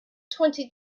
twenty